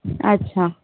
अच्छा